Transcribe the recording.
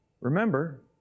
Remember